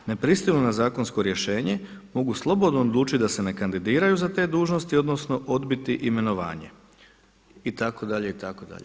Ne pristaju li na zakonsko rješenje mogu slobodno odlučiti da se ne kandidiraju za te dužnosti odnosno odbiti imenovanje“, itd., itd.